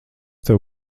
tev